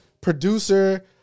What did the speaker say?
producer